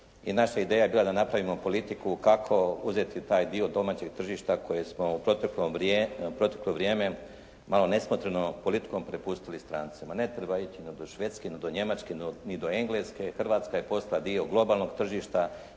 i naša je ideja bila da napravimo politiku kako uzeti taj dio domaćeg tržišta kojeg smo proteklo vrijeme malo nesmotrenom politikom prepustili strancima. Ne treba ići ni do Švedske ni do Njemačke ni do Engleske, Hrvatska je postala dio globalnog tržišta